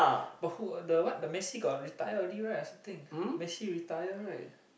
but who the what the who Messi got retired already right I think Messi retired right